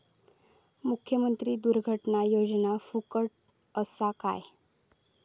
मुख्यमंत्री दुर्घटना योजना फुकट असा काय?